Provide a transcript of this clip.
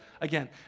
again